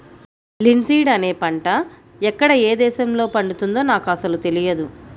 linseed అనే పంట ఎక్కడ ఏ దేశంలో పండుతుందో నాకు అసలు తెలియదు